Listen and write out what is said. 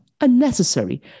unnecessary